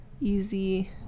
easy